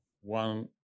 One